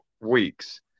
weeks